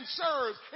serves